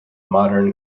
modern